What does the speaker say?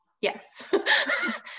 Yes